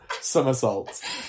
somersaults